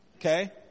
Okay